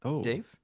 Dave